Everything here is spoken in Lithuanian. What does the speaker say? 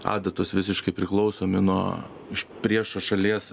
adatos visiškai priklausomi nuo iš priešo šalies